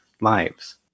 lives